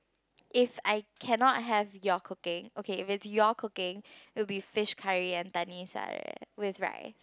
if I cannot have your cooking okay if it's your cooking it will be fish curry and with rice